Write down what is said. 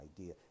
idea